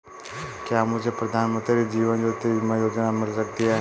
क्या मुझे प्रधानमंत्री जीवन ज्योति बीमा योजना मिल सकती है?